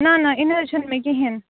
نہ نہ یِنہٕ حظ چھنہٕ مےٚ کِہینۍ